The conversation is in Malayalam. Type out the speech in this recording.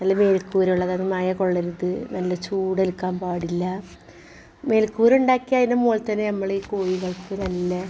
നല്ല മേൽക്കൂരയുള്ളത് മഴ കൊള്ളരുത് നല്ല ചൂടേൽക്കാൻ പാടില്ല മേൽക്കൂര ഉണ്ടാക്കി അതിന് മുകളിൽ തന്നെ ഞമ്മൾ ഈ കോയികൾക്ക് നല്ല